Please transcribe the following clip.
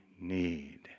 need